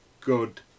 good